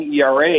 ERA